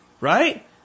right